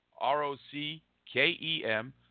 R-O-C-K-E-M